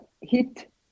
hit